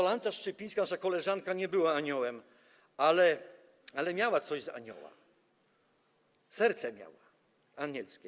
Jolanta Szczypińska, nasza koleżanka, nie była aniołem, ale miała coś z anioła, serce miała anielskie.